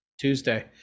Tuesday